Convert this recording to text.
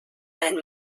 ein